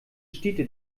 städte